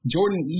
Jordan